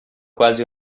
quasi